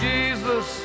Jesus